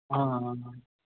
ਹਾਂ